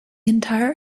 entire